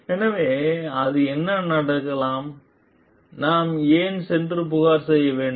எனவே அது என்ன நடக்கலாம் நான் ஏன் சென்று புகார் செய்ய வேண்டும்